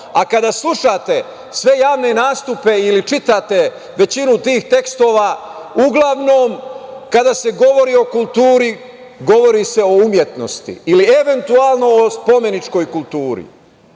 a kada slušate sve javne nastupe ili čitate većinu tih tekstova, uglavnom kada se govori o kulturi, govori se o umetnosti, ili eventualno o spomeničkoj kulturi.Međutim,